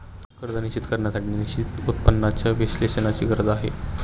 कर्ज निश्चित करण्यासाठी निश्चित उत्पन्नाच्या विश्लेषणाची गरज आहे